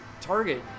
Target